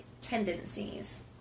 tendencies